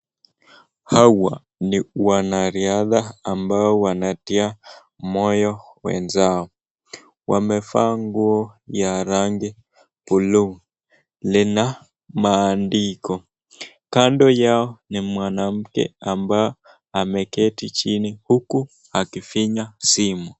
Hawa ni wanariadha ambao wanatia moyo wenzao , wamevaa nguo ya rangi buluu, lina maandiko kando yao ni mwanamke ambaye ameketi chini huku akifinya simu.